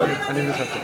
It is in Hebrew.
פשוט דברים מדהימים.